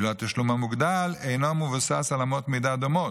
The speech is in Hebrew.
ואילו התשלום המוגדל אינו מבוסס על אמות מידה דומות.